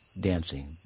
dancing